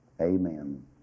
amen